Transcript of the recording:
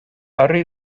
yrru